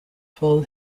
full